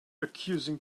accusing